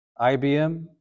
IBM